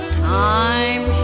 time